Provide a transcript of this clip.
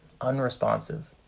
unresponsive